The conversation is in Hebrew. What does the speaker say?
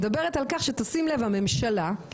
איפה זה כתוב, חופש הביטוי?